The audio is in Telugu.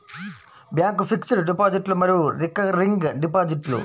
బ్యాంక్ ఫిక్స్డ్ డిపాజిట్లు మరియు రికరింగ్ డిపాజిట్లు